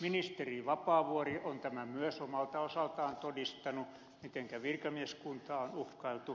ministeri vapaavuori on tämän myös omalta osaltaan todistanut mitenkä virkamieskuntaa on uhkailtu